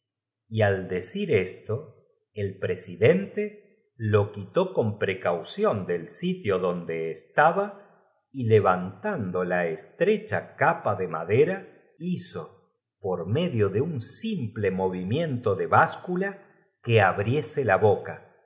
y al decir esto el presidente lo quitó rillo una coletilla que no tenia mejor fa con precaución del sitio donde estaba y cha que la capa de madera del m u iieco de levantando la estrecha capa de madera la polonesa y que á veces so ponía un go hizo por medio je un simple movimiento de báscula que abriese la boca